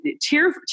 tear